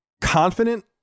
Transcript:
confident